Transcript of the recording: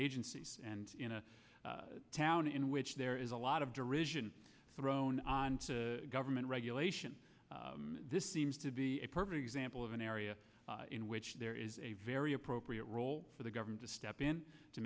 agencies and in a town in which there is a lot of derision thrown on to government regulation this seems to be a perfect example of an area in which there is a very appropriate role for the government to step in to